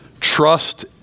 Trust